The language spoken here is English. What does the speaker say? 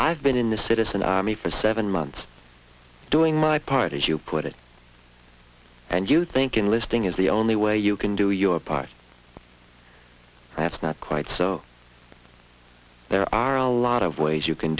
i've been in the citizen army for seven months doing my part as you put it and you think enlisting is the only way you can do your part that's not quite so there are a lot of ways you can